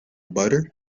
butter